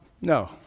No